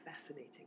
fascinating